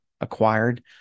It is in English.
acquired